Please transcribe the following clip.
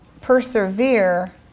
persevere